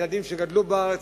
ילדים שגדלו בארץ,